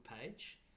page